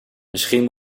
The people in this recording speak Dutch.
misschien